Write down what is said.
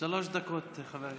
שלוש דקות, חבר הכנסת.